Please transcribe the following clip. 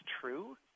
true